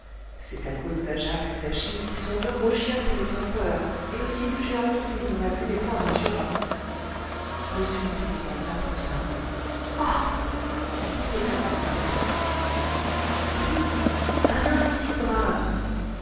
c'est à cause d'ajax et d'achille qui sont deux gros chiens qui me font peur et aussi du géant tobie dont la vue n'est point rassurante m hippolyte patard poussa un ah d'ineffable stupéfaction vous un homme si brave